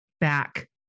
back